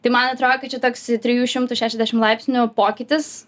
tai man atrodė kad čia toks trijų šimtų šešiasdešimt laipsnių pokytis